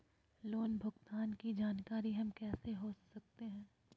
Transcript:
Loan भुगतान की जानकारी हम कैसे हो सकते हैं?